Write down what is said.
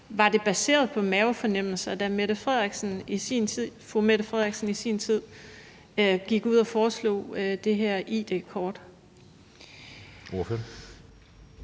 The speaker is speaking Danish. var baseret på mavefornemmelser, da fru Mette Frederiksen i sin tid gik ud og foreslog det her id-kort.